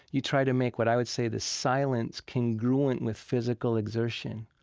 you try to make what i would say the silence congruent with physical exertion,